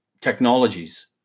technologies